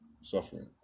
suffering